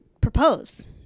propose